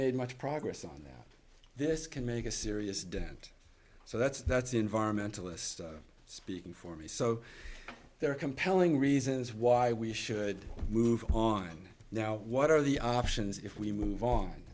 made much progress on that this can make a serious dent so that's that's environmentalist speaking for me so there are compelling reasons why we should move on now what are the options if we move on